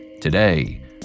Today